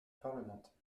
parlementaires